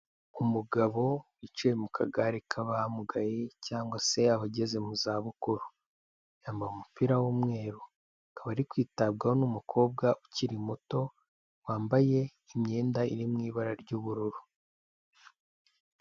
Umugabo wicaye mu kagare k'abamugaye cyangwa se abageze mu za bukuru. Yambaye umupira w'umweru. Akaba ari kwitabwaho n'umukobwa ukiri muto, wambaye imyenda iri mu ibara ry'ubururu.